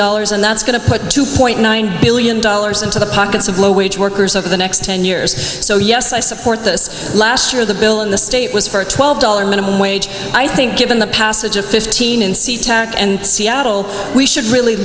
dollars and that's going to put two point nine billion dollars into the pockets of low wage workers over the next ten years so yes i support this last year the bill in the state was for twelve dollars minimum wage i think given the passage of fifteen in sea tac and seattle we should really